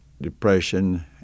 depression